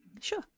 sure